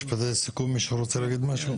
משפטי סיכום, מישהו רוצה להגיד משהו?